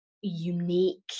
unique